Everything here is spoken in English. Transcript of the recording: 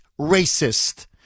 racist